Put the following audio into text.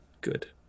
good